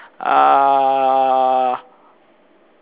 uh